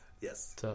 Yes